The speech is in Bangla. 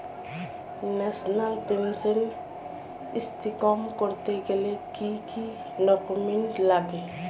ন্যাশনাল পেনশন স্কিম করতে গেলে কি কি ডকুমেন্ট লাগে?